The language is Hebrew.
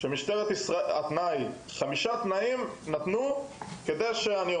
בפניי חמישה תנאים זו הייתה